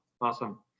Awesome